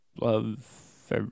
love